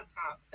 talk